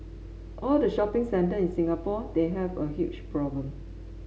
all the shopping centre in Singapore they have a huge problem